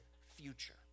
future